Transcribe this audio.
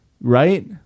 Right